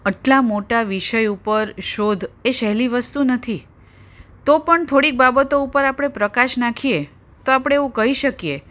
આટલા મોટા વિષય ઉપર શોધ એ સહેલી વસ્તુ નથી તો પણ થોડીક બાબતો ઉપર આપણે પ્રકાશ નાખીએ તો આપણે એવું કઈ શકીએ